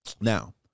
Now